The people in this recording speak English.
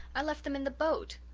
i left them in the boat.